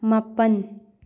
ꯃꯥꯄꯟ